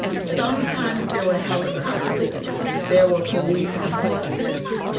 sometimes there were helicopters. there were police on horses.